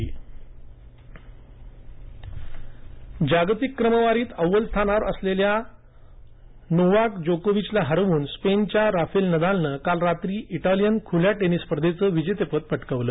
खुलीरुपर्धा जागतिक क्रमवारीत अव्वल स्थानावर असलेल्या नोवाक जोकोविचला हरवून स्पेनच्या राफेल नदालनं काल रात्री इटॅलियन खुल्या टेनिस स्पर्धेचं विजेतेपद पटकावलं